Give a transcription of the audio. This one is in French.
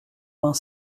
vingt